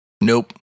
Nope